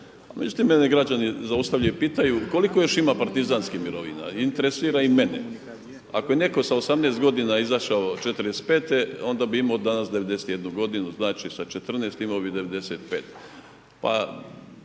Međutim, mene građani zaustavljaju i pitaju koliko još ima partizanskih mirovina, interesira i mene. Ako je netko sa 18 godina izašao '45 onda bi imao danas 91 godinu, znači sa 14 imao bi 95.